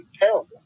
terrible